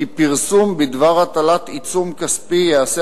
כי פרסום בדבר הטלת עיצום כספי ייעשה